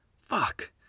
Fuck